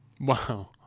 Wow